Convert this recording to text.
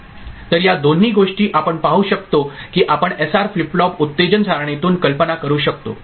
तर या दोन गोष्टी आपण पाहु शकतो की आपण एसआर फ्लिप फ्लॉप उत्तेजन सारणीतून कल्पना करू शकतो